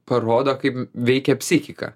parodo kaip veikia psichiką